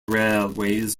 railways